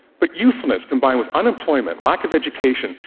but youthfulness combined with unemployment, lack of education,